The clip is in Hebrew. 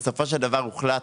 בסופו של דבר הוחלט